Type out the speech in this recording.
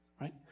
Right